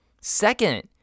Second